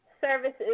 Services